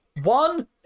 One